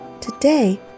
Today